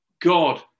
God